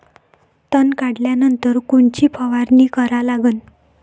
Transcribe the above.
तन काढल्यानंतर कोनची फवारणी करा लागन?